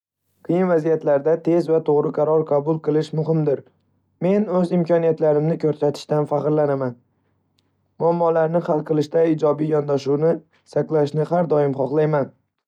Qiyin vaziyatlarda tez va to'g'ri qaror qabul qilish muhimdir. Men o'z imkoniyatlarimni ko'rsatishdan faxrlanaman. Muammolarni hal qilishda ijobiy yondashuvni saqlashni har doim xohlayman.